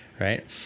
right